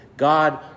God